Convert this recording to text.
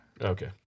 Okay